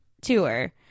tour